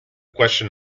question